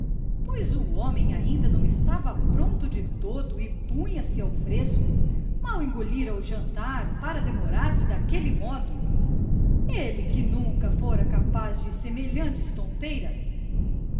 pois o homem ainda não estava pronto de todo e punha-se ao fresco mal engolira o jantar para demorar-se daquele modo ele que nunca fora capaz de semelhantes tonteiras